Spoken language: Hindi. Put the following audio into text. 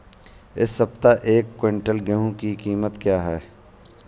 इस सप्ताह एक क्विंटल गेहूँ की कीमत क्या है?